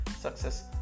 success